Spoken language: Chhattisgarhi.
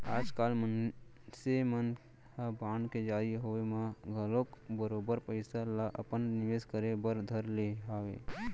आजकाल मनसे मन ह बांड के जारी होय म घलौक बरोबर पइसा ल अपन निवेस करे बर धर ले हवय